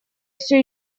все